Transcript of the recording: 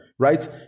right